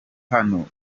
hano